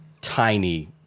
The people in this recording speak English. tiny